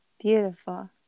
beautiful